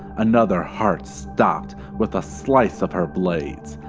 another heart stopped with a slice of her blades.